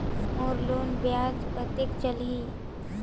मोर loan ब्याज कतेक चलही?